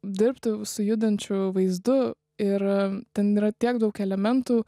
dirbti su judančiu vaizdu ir ten yra tiek daug elementų